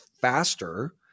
faster